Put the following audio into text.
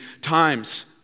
times